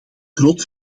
groot